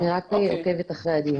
אני רק עוקבת אחר הדיון.